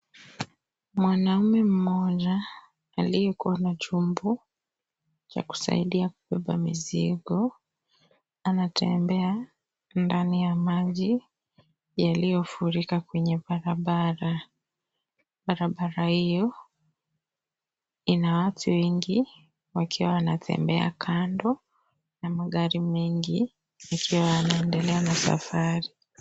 Mwanaume mmoja aliyekuwa na chombo cha kusaidia kubeba mzigo anatembe ndani ya maji yaliyofurika kwenye barabara, barabara hiyo ina watu wengi wakiwa wanatembea kando na magari mengi yakiwa yanaendelea na safari.